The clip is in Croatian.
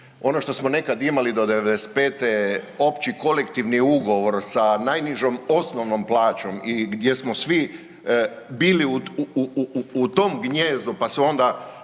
ono što smo nekad imali do '95.-te opći kolektivni ugovor sa najnižom osnovnom plaćom i gdje smo svi bili u tom gnijezdu pa su onda